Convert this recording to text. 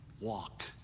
walk